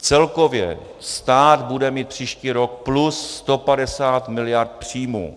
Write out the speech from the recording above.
Celkově stát bude mít příští rok plus 150 mld. příjmů.